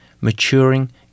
Maturing